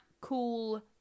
cool